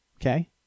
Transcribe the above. Okay